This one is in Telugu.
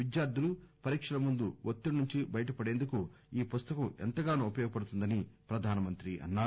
విద్యార్దులు పరీక్షల ముందు ఒత్తిడి నుంచి బయటపడేందుకు ఈ పుస్తకం ఎంతగానో ఉపయోగపడుతుందని ప్రధానమంత్రి అన్నారు